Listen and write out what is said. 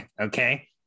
Okay